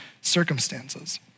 circumstances